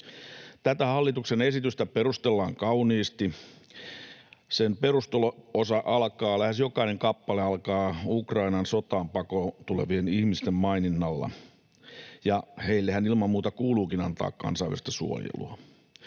Tätä hallituksen esitystä perustellaan kauniisti. Sen perusteluosa alkaa, lähes jokainen kappale alkaa Ukrainan sotaa pakoon tulevien ihmisten maininnalla, ja heillehän ilman muuta kuuluukin antaa kansainvälistä suojelua.